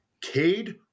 Cade